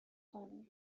خانم